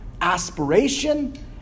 aspiration